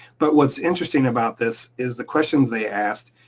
but what's interesting about this, is the questions they asked.